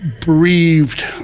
breathed